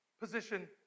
position